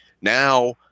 Now